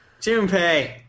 Junpei